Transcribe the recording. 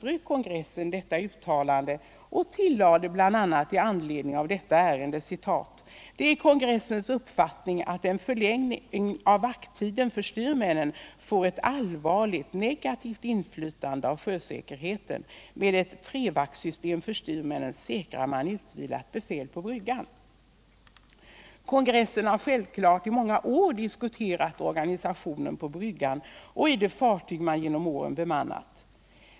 ”Det är kongressens uppfattning att en förlängning av vakttiden för styrmännen får ett allvarligt, negativt inflytande på sjösäkerheten, med ett trevaktsystem för styrmännen säkrar man utvilat befäl på bryggan. Kongressen har självklart i många år diskuterat organisationen på bryggan i de fartyg man genom åren bemannat.